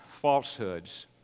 falsehoods